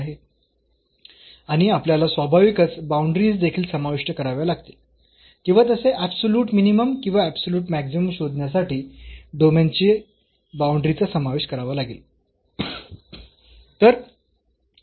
आणि आपल्याला स्वाभाविकच बाऊंडरीज देखील समाविष्ट कराव्या लागतील किंवा तसे ऍबसोल्युट मिनिमम किंवा ऍबसोल्युट मॅक्सिमम शोधण्यासाठी डोमेनची बाऊंडरीचा समावेश करावा लागेल